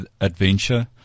adventure